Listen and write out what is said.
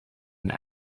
and